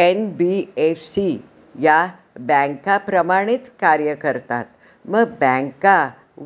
NBFC या बँकांप्रमाणेच कार्य करतात, मग बँका